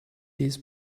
his